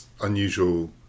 unusual